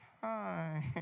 Hi